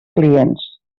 clients